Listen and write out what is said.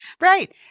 Right